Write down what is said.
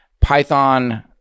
Python